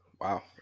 Wow